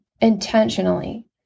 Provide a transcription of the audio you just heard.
intentionally